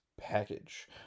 package